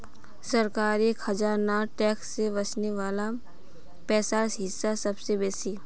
सरकारी खजानात टैक्स से वस्ने वला पैसार हिस्सा सबसे बेसि